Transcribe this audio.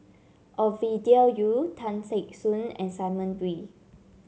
Ovidia Yu Tan Teck Soon and Simon Wee